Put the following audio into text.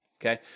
okay